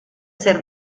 ser